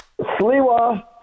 Sliwa